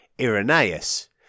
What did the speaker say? Irenaeus